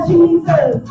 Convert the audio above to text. Jesus